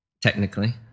technically